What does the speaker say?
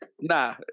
nah